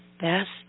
best